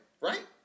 right